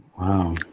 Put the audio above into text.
Wow